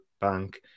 Bank